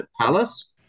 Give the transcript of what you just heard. palace